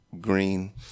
green